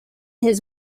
his